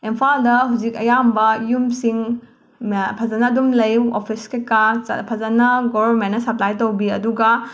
ꯏꯝꯐꯥꯜꯗ ꯍꯧꯖꯤꯛ ꯑꯌꯥꯝꯕ ꯌꯨꯝꯁꯤꯡ ꯃꯌꯥꯝ ꯐꯖꯅ ꯑꯗꯨꯝ ꯂꯩ ꯑꯣꯐꯤꯁ ꯀꯩ ꯀꯥ ꯐꯖꯅ ꯒꯣꯕꯔꯃꯦꯟꯅ ꯁꯄ꯭ꯂꯥꯏ ꯇꯧꯕꯤ ꯑꯗꯨꯒ